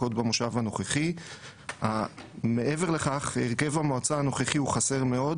עוד במושב הנוכחי ומכך שהרכב המועצה הנוכחי חסר מאוד